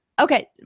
okay